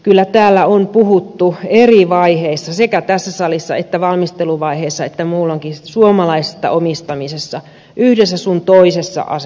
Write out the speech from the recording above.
kyllä täällä on puhuttu eri vaiheissa sekä tässä salissa että valmisteluvaiheessa että muulloinkin suomalaisesta omistamisesta yhdessä sun toisessa kohdassa